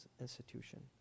institution